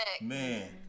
Man